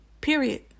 Period